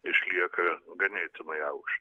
išlieka ganėtinai aukštas